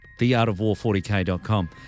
theartofwar40k.com